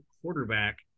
quarterback